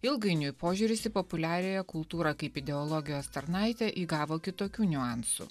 ilgainiui požiūris į populiariąją kultūrą kaip ideologijos tarnaitė įgavo kitokių niuansų